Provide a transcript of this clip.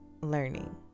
learning